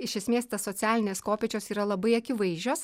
iš esmės tos socialinės kopėčios yra labai akivaizdžios